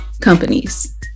companies